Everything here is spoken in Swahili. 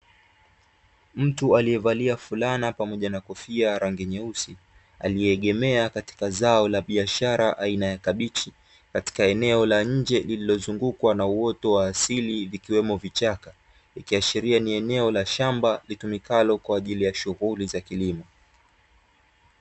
Mtu aliyevalia fulana pamoja na kofia rangi nyeusi, aliyeegemea katika zao la biashara aina ya kabichi. Katika eneo la nje lilozungukwa na uoto wa asili vikiwemo vichaka ikiashiria ni eneo la shamba litumikalo kwa ajili ya shughuli za kilimo.